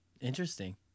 Interesting